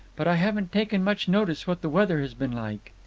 but i haven't taken much notice what the weather has been like.